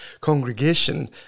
congregation